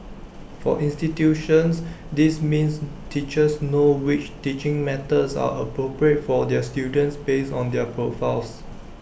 for institutions this means teachers know which teaching methods are appropriate for their students based on their profiles